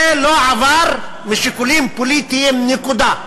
זה לא עבר משיקולים פוליטיים, נקודה.